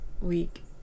week